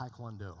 Taekwondo